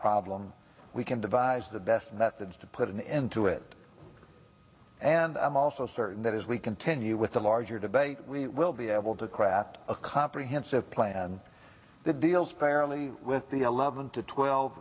problem we can devise the best methods to put an end to it and i'm also certain that as we continue with the larger debate we will be able to craft a comprehensive plan that deals fairly with the eleven to twelve